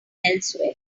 elsewhere